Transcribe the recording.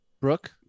Brooke